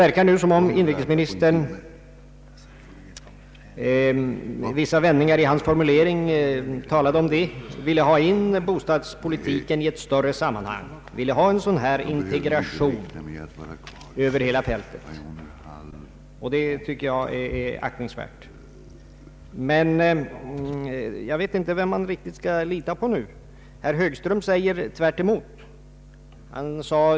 Vissa vändningar i inrikesministerns formulering antydde att han också ville föra in bostadspolitiken i ett större sammanhang, att han ville ha en dylik integration över hela fältet, och det tycker jag är aktningsvärt. Men jag vet inte riktigt vem man nu skall lita på. Herr Högström talar tvärtemot detta.